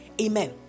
Amen